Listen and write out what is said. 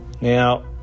Now